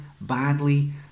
badly